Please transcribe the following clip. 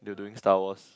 they were doing Star Wars